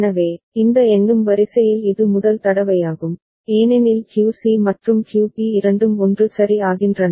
எனவே இந்த எண்ணும் வரிசையில் இது முதல் தடவையாகும் ஏனெனில் QC மற்றும் QB இரண்டும் 1 சரி ஆகின்றன